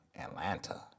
Atlanta